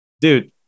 Dude